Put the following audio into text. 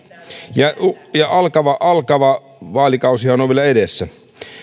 ja ja alkava alkava vaalikausihan on vielä edessä